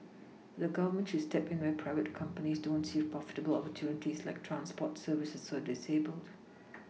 but the Government should step in where private companies don't see profitable opportunities like transport services for the disabled